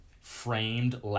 framed